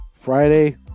Friday